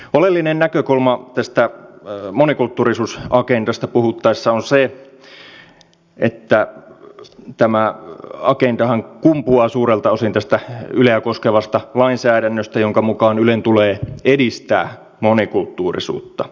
oleellinen näkökulma tästä monikulttuurisuusagendasta puhuttaessa on se että tämä agendahan kumpuaa suurelta osin tästä yleä koskevasta lainsäädännöstä jonka mukaan ylen tulee edistää monikulttuurisuutta